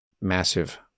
massive